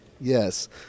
Yes